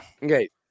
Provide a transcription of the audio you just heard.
Okay